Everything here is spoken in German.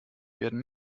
werden